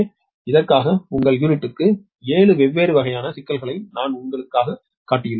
எனவே இதற்காக உங்கள் யூனிட்டுக்கு 7 வெவ்வேறு வகையான சிக்கல்களை நான் உங்களுக்குக் காட்டியுள்ளேன்